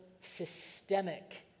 systemic